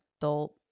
adult